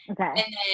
okay